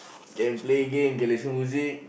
can play game can listen music